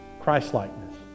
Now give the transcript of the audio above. Christ-likeness